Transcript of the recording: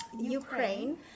Ukraine